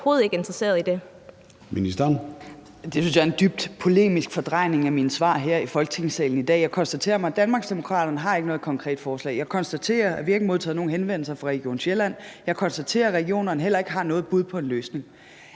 jeg er en dybt polemisk fordrejning af mine svar her i Folketingssalen i dag. Jeg konstaterer, at Danmarksdemokraterne ikke har noget konkret forslag; jeg konstaterer, at vi ikke har modtaget nogen henvendelser fra Region Sjælland; og jeg konstaterer, at regionerne heller ikke har noget bud på en løsning.